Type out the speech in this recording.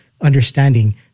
understanding